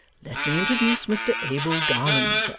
let me introduce mr abel garland,